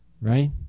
right